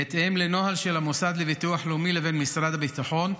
בהתאם לנוהל של המוסד לביטוח לאומי למשרד הביטחון,